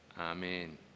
Amen